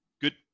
good